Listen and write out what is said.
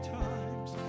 times